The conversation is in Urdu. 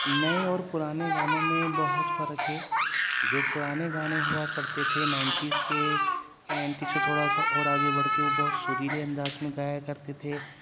نئے اور پرانے گانوں میں بہت فرق ہے جو پرانے گانے ہوا کرتے تھے نائنٹیز کے یا نائنٹی سے تھوڑا سا اور آگے بڑھ کے وہ بہت سریلے انداز میں گایا کرتے تھے